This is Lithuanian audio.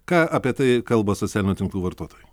ką apie tai kalba socialinių tinklų vartotojai